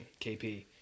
KP